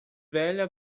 velha